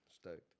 Stoked